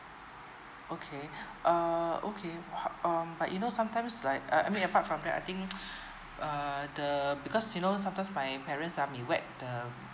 okay err okay um but you know sometimes like uh I mean apart from that I think uh the because you know sometimes my parents uh may wet the